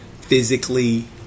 physically